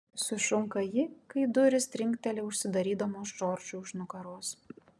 sušunka ji kai durys trinkteli užsidarydamos džordžui už nugaros